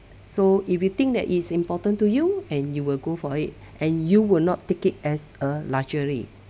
so if you think that it's important to you and you will go for it and you will not take it as a luxury